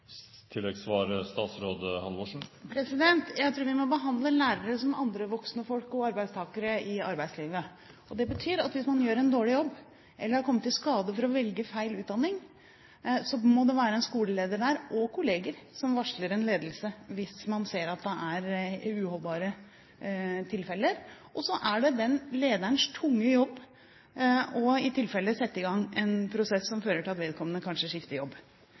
Jeg tror vi må behandle lærere som andre voksne folk og arbeidstakere i arbeidslivet. Det betyr at hvis man gjør en dårlig jobb eller har kommet i skade for å velge feil utdanning, må det være en skoleleder der og kollegaer som varsler en ledelse hvis man ser uholdbare tilfeller. Og så er det den lederens tunge jobb i tilfelle å sette i gang en prosess som fører til at vedkommende kanskje skifter jobb.